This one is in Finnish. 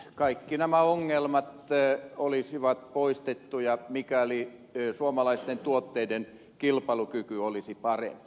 kaikki nämä ongelmat olisivat poistettuja mikäli suomalaisten tuotteiden kilpailukyky olisi parempi